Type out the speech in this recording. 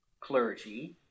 clergy